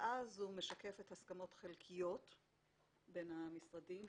ההצעה הזו משקפת הסכמות חלקיות בין המשרדים.